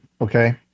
okay